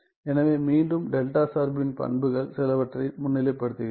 எனவே மீண்டும் டெல்டா சார்பின் பண்புகள் சிலவற்றை முன்னிலைப்படுத்துகிறேன்